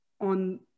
on